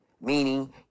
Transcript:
meaning